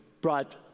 brought